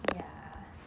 ya